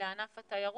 לענף התיירות,